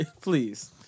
Please